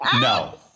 no